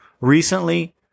Recently